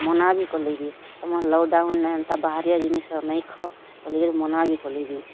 ମନା ବି କଲେ ବି ତମେ ଲକ୍ଡ଼ାଉନ୍ ନେ ଏନ୍ତା ବାହାରିଆ ଜିନିଷ ନାଇଁ ଖାଅ ବୋଲିକରି ମନା ବି କଲେ ବି